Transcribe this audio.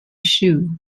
shoe